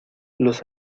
los